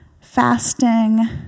fasting